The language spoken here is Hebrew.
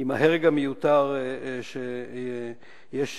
עם ההרג המיותר שיש בכבישים.